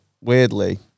Weirdly